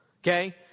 Okay